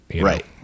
Right